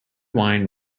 wine